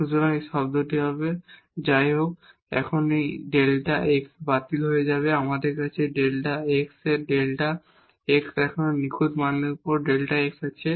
সুতরাং এই শব্দটি হবে এবং এখন তাই এই ডেল্টা x বাতিল হয়ে যাবে আমাদের কাছে ডেল্টা x এর ডেল্টা x এর আরও নিখুঁত মানের উপর ডেল্টা x আছে